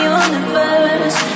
universe